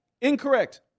Incorrect